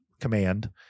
command